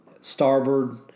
Starboard